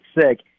sick